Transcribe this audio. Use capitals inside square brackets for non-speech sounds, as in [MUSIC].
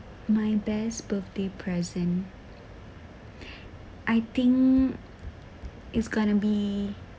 my best birthday present [BREATH] I think it's going to be